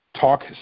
Talk